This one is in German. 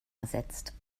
ersetzt